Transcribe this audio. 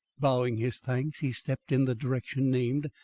bowing his thanks, he stepped in the direction named,